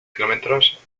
kilómetros